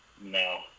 No